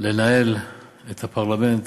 לנהל את הפרלמנט